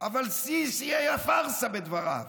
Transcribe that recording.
אבל שיא שיאי הפארסה בדבריו: